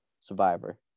Survivor